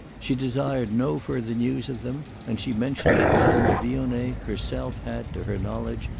she desired no further news of them, and she mentioned that madame de vionnet herself had, to her knowledge,